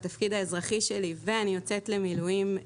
בתפקיד האזרחי שלי, ואני יוצאת למילואים.